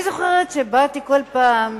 אני זוכרת שבאתי כל פעם,